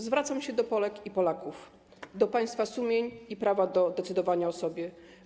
Zwracam się do Polek i Polaków, do państwa sumień i prawa do decydowania o sobie.